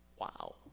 wow